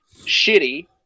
shitty